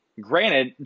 granted